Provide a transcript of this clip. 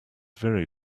very